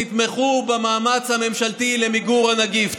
תתמכו במאמץ הממשלתי למיגור הנגיף.